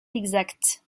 exacts